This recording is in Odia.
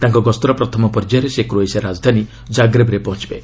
ତାଙ୍କ ଗସ୍ତର ପ୍ରଥମ ପର୍ଯ୍ୟାୟରେ ସେ କ୍ରୋଏସିଆ ରାଜଧାନୀ ଜାଗ୍ରେବ୍ରେ ପହଞ୍ଚବେ